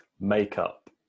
Makeup